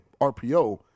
RPO